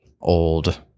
old